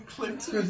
Clinton